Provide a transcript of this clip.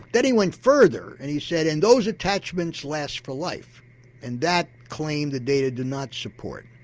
then he went further and he said and those attachments last for life and that claim the data do not support.